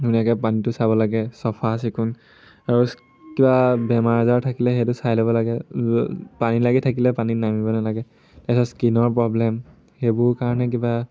ধুনীয়াকে পানীটো চাব লাগে চফা চিকুণ আৰু কিবা বেমাৰ আজাৰ থাকিলে সেইটো চাই ল'ব লাগে পানী লাগি থাকিলে পানীত নামিব নালাগে তাৰপিছত স্কিনৰ প্ৰব্লেম সেইবোৰ কাৰণে কিবা